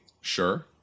sure